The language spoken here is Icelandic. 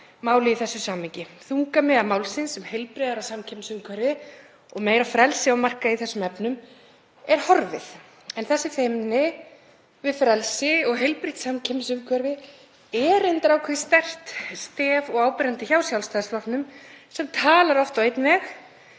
málið í þessu samhengi. Þungamiðja málsins, um heilbrigðara samkeppnisumhverfi og meira frelsi á markaði í þessum efnum, er horfin. Þessi feimni við frelsi og heilbrigt samkeppnisumhverfi er reyndar ákveðið sterkt stef og áberandi hjá Sjálfstæðisflokknum sem talar oft á einn